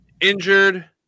injured